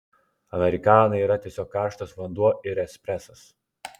amerikana yra tiesiog karštas vanduo ir espresas